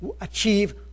achieve